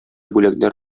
бүләкләр